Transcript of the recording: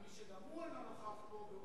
על מי שגם הוא לא נוכח פה,